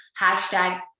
hashtag